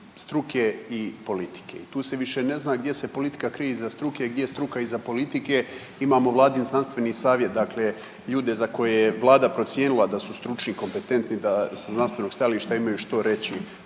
struke i politike. Tu se više ne zna gdje se politika krije iza struke, gdje struka iza politike, imamo vladin znanstveni savjet dakle ljude za koje je Vlada procijenila da su stručni, kompetentni da sa znanstvenog stajališta imaju što reći